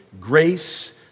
grace